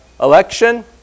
election